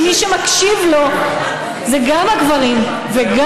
כי מי שמקשיב לו זה גם הגברים וגם,